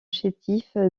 chétif